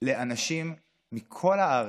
לאנשים מכל הארץ,